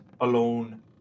alone